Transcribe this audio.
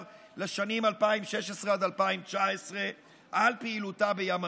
לשנים 2016 2019 על פעילותה בים המלח.